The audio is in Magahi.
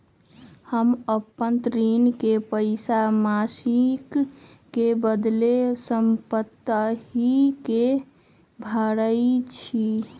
हम अपन ऋण के पइसा मासिक के बदले साप्ताहिके भरई छी